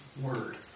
word